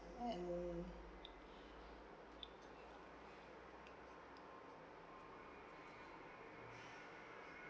and